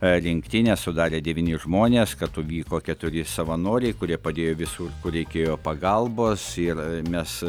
rinktinę sudarė devyni žmonės kartu vyko keturi savanoriai kurie padėjo visur kur reikėjo pagalbos ir mes